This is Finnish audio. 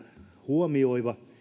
huomioiva